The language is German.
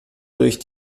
durch